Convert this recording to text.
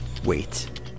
Wait